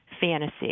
fantasy